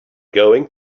going